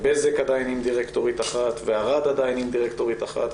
בזק עדיין עם דירקטורית אחת וארד עדיין עם דירקטורית אחת.